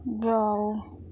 جاؤ